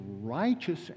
righteous